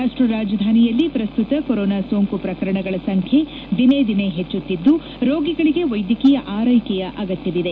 ರಾಷ್ಟ ರಾಜಧಾನಿಯಲ್ಲಿ ಪ್ರಸ್ತುತ ಕೊರೊನಾ ಸೋಂಕು ಪ್ರಕರಣಗಳ ಸಂಖ್ಯೆ ದಿನೇ ದಿನೇ ಹೆಚ್ಚುತ್ತಿದ್ದು ರೋಗಿಗಳಿಗೆ ವ್ವೆದ್ಯಕೀಯ ಆರೈಕೆಯ ಅಗತ್ಯವಿದೆ